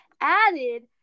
added